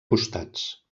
costats